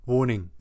Warning